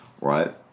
right